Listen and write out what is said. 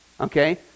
Okay